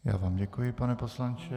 Já vám děkuji, pane poslanče.